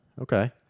Okay